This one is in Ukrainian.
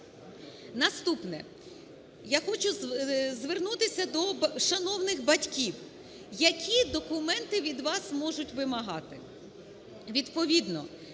Наступне. Я хочу звернутися до шановних батьків, які документи від вас можуть вимагати.